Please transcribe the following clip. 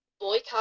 boycott